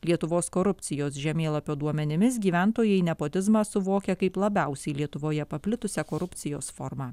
lietuvos korupcijos žemėlapio duomenimis gyventojai nepotizmą suvokia kaip labiausiai lietuvoje paplitusią korupcijos formą